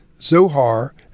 Zohar